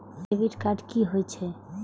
Debit card की होय छेय?